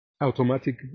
automatic